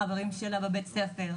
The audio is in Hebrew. אוהבת להיות עם חברים שלה בבית הספר.